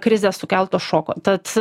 krizės sukelto šoko tad